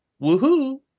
Woohoo